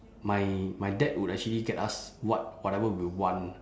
my my dad would actually get us what whatever we want